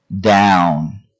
down